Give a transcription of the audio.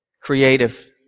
Creative